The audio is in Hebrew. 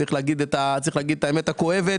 צריך להגיד את האמת הכואבת.